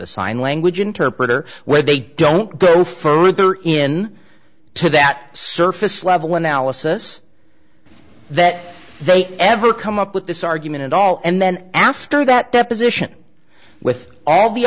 a sign language interpreter where they don't go further in to that surface level analysis that they ever come up with this argument at all and then after that deposition with all the